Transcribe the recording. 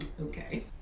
Okay